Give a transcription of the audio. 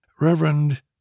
Reverend